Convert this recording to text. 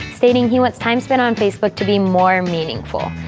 stating he wants time spent on facebook to be more meaningful.